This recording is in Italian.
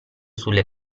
sulle